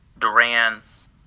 Duran's